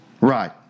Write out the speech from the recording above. Right